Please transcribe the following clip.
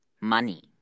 money